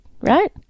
right